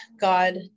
God